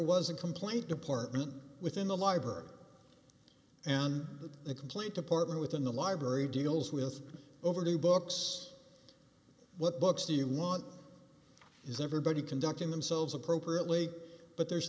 was a complaint department within the library and that the complaint department within the library deals with overdue books what books do you want is everybody conducting themselves appropriately but there's